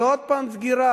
ועוד פעם סגירה.